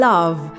Love